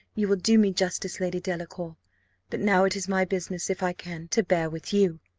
you will do me justice, lady delacour but now it is my business, if i can, to bear with you.